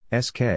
SK